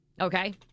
okay